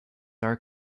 are